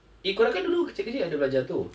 eh kau kan dulu kecil kecil ada belajar tu